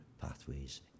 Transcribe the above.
pathways